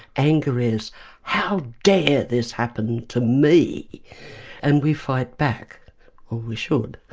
anger is how dare this happen to me and we fight back. or we should,